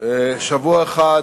שבוע אחד